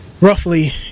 roughly